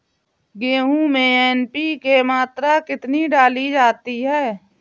गेहूँ में एन.पी.के की मात्रा कितनी डाली जाती है?